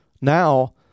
Now